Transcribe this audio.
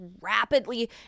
rapidly